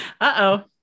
Uh-oh